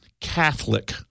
catholic